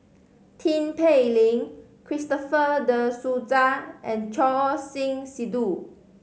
Tin Pei Ling Christopher De Souza and Choor Singh Sidhu